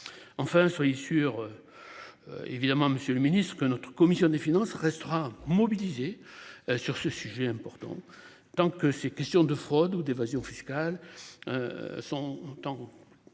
Enfin, soyez sûr. Évidemment, Monsieur le Ministre, que notre commission des finances restera mobilisée. Sur ce sujet important tant que ces questions de fraude ou d'évasion fiscale. Sont. Elles